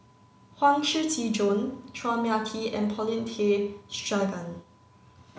Huang Shiqi Joan Chua Mia Tee and Paulin Tay Straughan